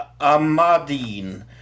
Amadine